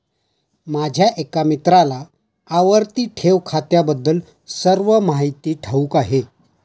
माझ्या एका मित्राला आवर्ती ठेव खात्याबद्दल सर्व माहिती ठाऊक आहे